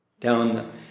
down